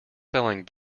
selling